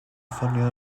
ffonio